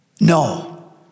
No